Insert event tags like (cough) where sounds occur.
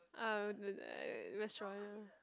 ah (noise) restaurant ya